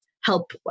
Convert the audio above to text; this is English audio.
help